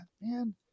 man